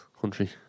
Country